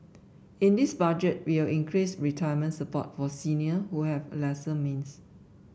in this Budget we will increase retirements support for senior who have lesser means